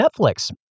Netflix